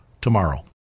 tomorrow